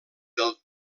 del